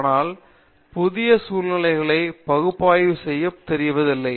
ஆனால் புதிய சூழல்களைப் பகுப்பாய்வு செய்ய தெரிவதில்லை